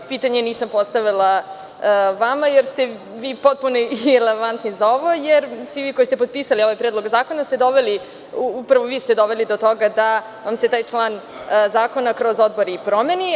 Pitanje nisam postavila vama, jer ste vi potpuno irelevantni za ovo, jer svi vi koji ste potpisali ovaj Predlog zakona, upravo vi ste doveli do toga da vam se taj član zakona kroz odbor i promeni.